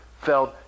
felt